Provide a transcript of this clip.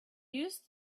used